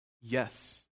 Yes